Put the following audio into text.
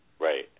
Right